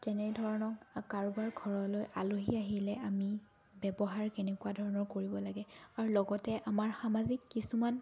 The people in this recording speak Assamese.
যেনে ধৰক কাৰোবাৰ ঘৰলৈ আলহী আহিলে আমি ব্যৱহাৰ কেনেকুৱা ধৰণৰ কৰিব লাগে আৰু লগতে আমাৰ সামাজিক কিছুমান